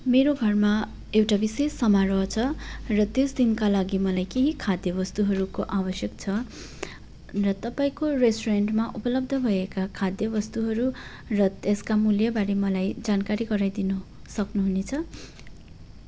मेरो घरमा एउटा विशेष समारोह छ र त्यस दिनका लागि मलाई केही खाद्यवस्तुहरूको आवश्यक छ र तपाईँको रेस्टुरेन्टमा उपलब्ध भएका खाद्यवस्तुहरू र त्यसका मूल्यबारे मलाई जानकारी गराइदिनु सक्नुहुनेछ